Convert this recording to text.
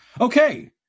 Okay